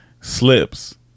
slips